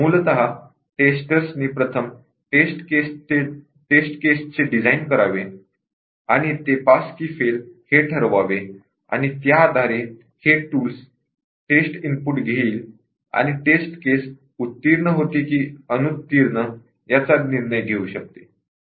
मूलतः टेस्टर्स नी प्रथम टेस्ट केस चे डिझाइन करावे आणि ते पास कि फेल हे ठरवावे आणि त्या आधारे हे टूल टेस्ट इनपुट घेईल आणि टेस्ट केस उत्तीर्ण होते कि अनुत्तीर्ण याचा निर्णय घेऊ शकते